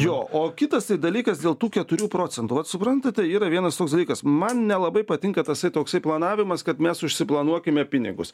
jo o tai kitas dalykas dėl tų keturių procentų vat suprantate yra vienas toks dalykas man nelabai patinka tasai toksai planavimas kad mes užsiplanuokime pinigus